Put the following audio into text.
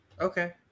Okay